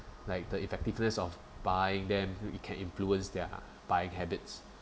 like the effectiveness of buying them you can influence their buying habits